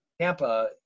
Tampa